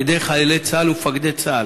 ידי חיילי צה"ל ומפקדי צה"ל.